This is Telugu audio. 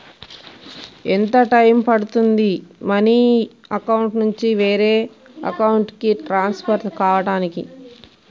ఎంత టైం పడుతుంది మనీ అకౌంట్ నుంచి వేరే అకౌంట్ కి ట్రాన్స్ఫర్ కావటానికి?